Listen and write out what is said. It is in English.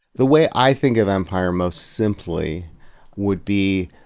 the way i think of empire most simply would be,